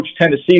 Tennessee